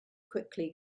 quickly